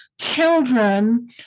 children